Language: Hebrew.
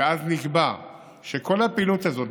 ואז נקבע שכל הפעילות הזאת,